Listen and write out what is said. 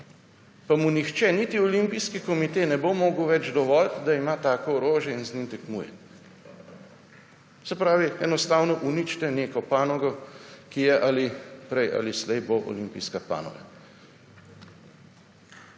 pa mu nihče, niti Olimpijski komite ne bo mogel več dovoliti, da ima tako orožje in z njim tekmuje. Se pravi, enostavno uničite neko panogo, ki je ali prej ali slej bo olimpijska panoga.